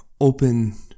open